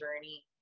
journey